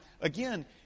again